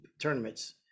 tournaments